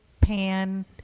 pan